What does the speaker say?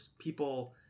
people